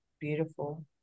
beautiful